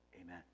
Amen